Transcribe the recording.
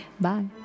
Bye